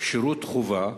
שירות חובה,